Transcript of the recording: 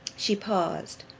she paused.